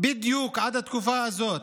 בדיוק עד התקופה הזאת